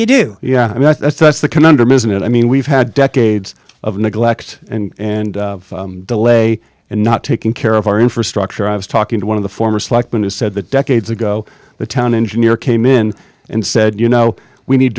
you do yeah i mean that's that's the conundrum isn't it i mean we've had decades of neglect and and delay and not taking care of our infrastructure i was talking to one of the former selectman who said that decades ago the town engineer came in and said you know we need